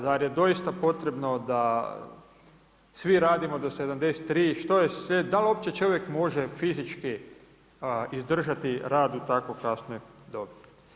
Zar je doista potrebno da svi radimo do 73, što je sve, da li uopće čovjek može fizički izdržati rad u tako kasnoj dobi?